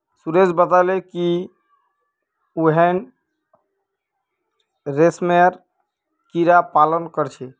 सुरेश बताले कि वहेइं रेशमेर कीड़ा पालन कर छे